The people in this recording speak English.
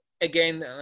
Again